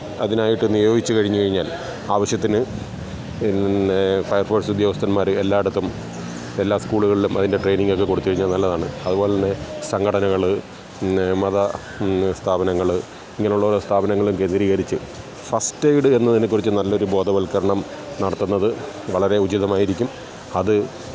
അതിനായിട്ട് നിയോഗിച്ചു കഴിഞ്ഞുകഴിഞ്ഞാല് ആവശ്യത്തിന് ഇന്നെ ഫയര്ഫോഴ്സുദ്യോഗസ്ഥന്മാര് എല്ലായിടത്തും എല്ലാ സ്കൂളുകളിലും അതിന്റെ ട്രേയ്നിങ്ങൊക്കെ കൊടുത്തുകഴിഞ്ഞാല് നല്ലതാണ് അതുപോലെതന്നെ സംഘടനകള് ഇന്നെ മത സ്ഥാപനങ്ങള് ഇങ്ങനെയുള്ള സ്ഥാപനങ്ങള് കേന്ദ്രീകരിച്ച് ഫസ്റ്റേയ്ഡ് എന്നതിനേക്കുറിച്ച് നല്ലൊരു ബോധവല്ക്കരണം നടത്തുന്നത് വളരെ ഉചിതമായിരിക്കും അത്